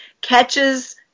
catches